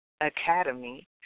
Academy